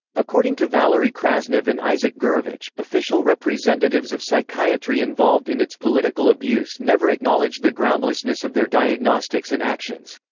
according to valery krasnov and isaak gurovich, official official representatives of psychiatry involved in its political abuse never acknowledged the groundlessness of their diagnostics and actions.